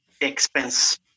expense